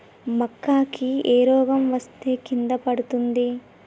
మక్కా కి ఏ రోగం వస్తే కింద పడుతుంది?